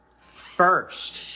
first